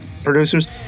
producers